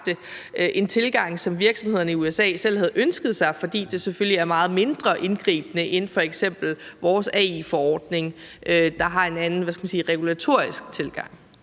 en tilgang, som virksomhederne i USA selv havde ønsket sig, fordi det selvfølgelig er meget mindre indgribende end f.eks. vores AI-forordning, der har en anden regulatorisk tilgang.